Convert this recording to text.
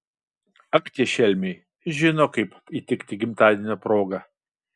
ak tie šelmiai žino kaip įtikti gimtadienio proga